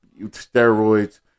steroids